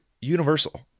universal